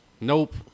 nope